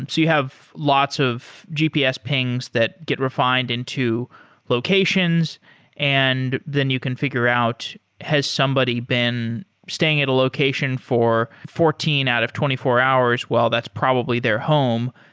and you have lots of gps pings that get refined into locations and then you can figure out has somebody been staying at a location for fourteen out of twenty four hours. well, that's probably their home,